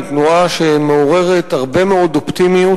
היא תנועה שמעוררת הרבה מאוד אופטימיות.